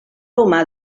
humà